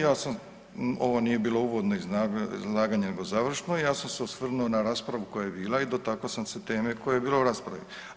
Ja sam, ovo nije bilo uvodno izlaganje, nego završno i ja sam se osvrnuo na raspravu koja je bila i dotakao sam se teme koja je bila u raspravi.